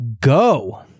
go